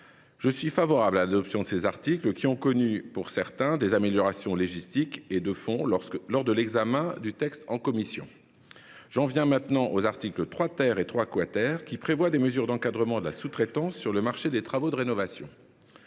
Je suis favorable à l’adoption de ces articles, qui ont connu, pour certains, des améliorations légistiques et de fond lors de l’examen du texte en commission. J’en viens maintenant aux articles 3 et 3 , qui prévoient des mesures d’encadrement de la sous traitance sur le marché des travaux de rénovation.